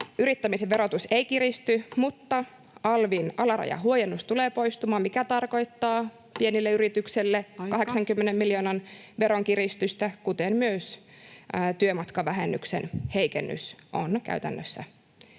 koputtaa] verotus ei kiristy. Mutta alvin alarajahuojennus tulee poistumaan, mikä tarkoittaa pienille yrityksille [Puhemies: Aika!] 80 miljoonan veronkiristystä, kuten myös työmatkavähennyksen heikennys on käytännössä